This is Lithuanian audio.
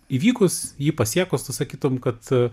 įvykus jį pasiekus tu sakytum kad